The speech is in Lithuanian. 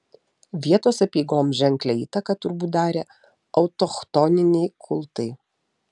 vietos apeigoms ženklią įtaką turbūt darė autochtoniniai kultai